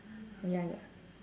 ya